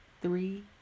three